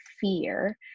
fear